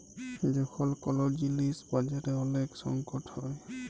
যখল কল জিলিস বাজারে ওলেক সংকট হ্যয়